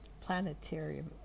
planetarium